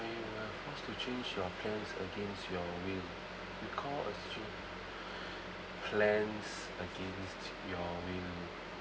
when you were forced to change your plans against your will recall a situa~ plans against your will